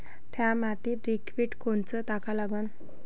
थ्या मातीत लिक्विड कोनचं टाका लागन?